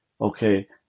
okay